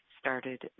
started